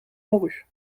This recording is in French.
mourut